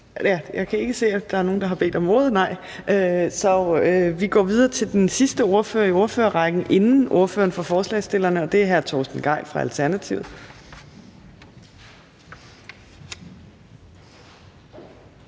Jeg kan ikke se, at der er nogen, der har bedt om ordet, så vi går videre til den sidste ordfører i ordførerrækken inden ordføreren for forslagsstillerne. Det er hr. Torsten Gejl fra Alternativet.